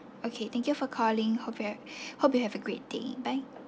okay thank you for calling hope you hope you have a great day bye